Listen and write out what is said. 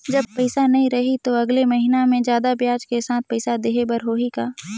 जब पइसा नहीं रही तो अगले महीना मे जादा ब्याज के साथ पइसा देहे बर होहि का?